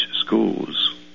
schools